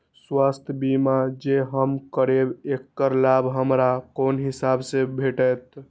स्वास्थ्य बीमा जे हम करेब ऐकर लाभ हमरा कोन हिसाब से भेटतै?